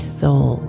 soul